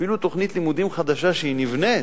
אפילו תוכנית לימודים חדשה, שהיא נבנית,